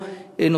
החלטת ממשלה,